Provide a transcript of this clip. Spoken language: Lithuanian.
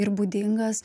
ir būdingas